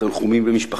תנחומים למשפחתו,